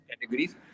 categories